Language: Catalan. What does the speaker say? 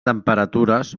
temperatures